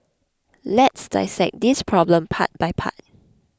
let's dissect this problem part by part